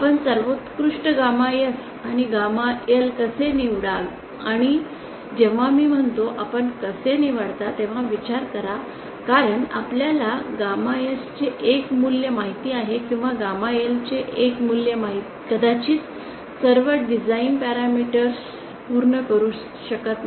आपण सर्वोत्कष्ट गामा S आणि गॅमा L कसे निवडाल आणि जेव्हा मी म्हणतो आपण कसे निवडता तेव्हां विचार करा कारण आपल्याला गॅमा S चे एक मूल्य माहित आहे किंवा गॅमा L चे एक मूल्य कदाचित सर्व डिझाइन पॅरामीटर्स पूर्ण करू शकत नाही